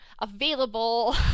available